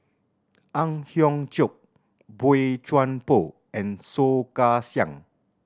Ang Hiong Chiok Boey Chuan Poh and Soh Kay Siang